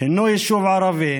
הינו יישוב ערבי